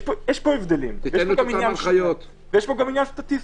יש פה הבדלים, ויש פה גם עניין סטטיסטי.